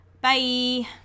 Bye